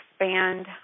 expand